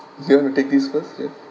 you want to take this question